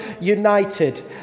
united